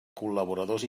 col·laboradors